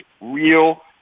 real